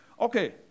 Okay